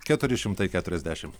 keturi šimtai keturiasdešimt